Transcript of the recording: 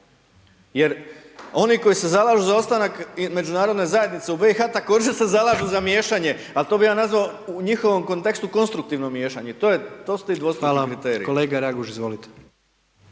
jer oni koji se zalažu za ostanak međunarodne zajednice u BiH, također se zalažu za miješanje, al' to bi ja nazvao u njihovom kontekstu konstruktivno miješanje, i to je, to su ti dvostruki kriteriji. **Jandroković, Gordan